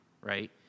right